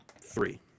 Three